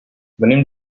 venim